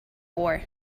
war